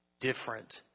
different